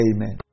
Amen